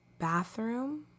Bathroom